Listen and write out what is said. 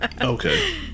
Okay